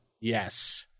Yes